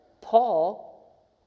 Paul